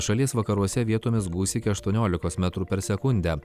šalies vakaruose vietomis gūs iki aštuoniolikos metrų per sekundę